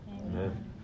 Amen